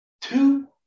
two